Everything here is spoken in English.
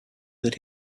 that